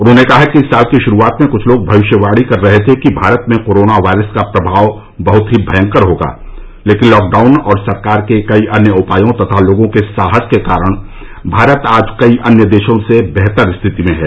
उन्होंने कहा कि इस साल की शुरूआत में कुछ लोग भविष्यवाणी कर रहे थे कि भारत में कोरोना वायरस का प्रभाव बहुत ही भयंकर होगा लेकिन लॅकडाउन और सरकार के कई अन्य उपायों तथा लोगों के साहस के कारण भारत आज कई अन्य देशों से बेहतर स्थिति में है